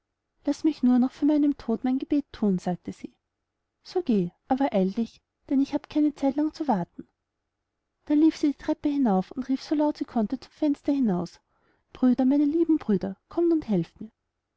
laß mich nur noch vor meinem tod mein gebet thun sagte sie so geh aber eil dich denn ich habe keine zeit lang zu warten da lief sie die treppe hinauf und rief so laut sie konnte zum fenster hinaus brüder meine lieben brüder kommt helft mir